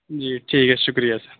جی ٹھیک ہے شُکریہ سر